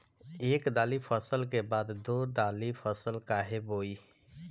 एक दाली फसल के बाद दो डाली फसल काहे बोई?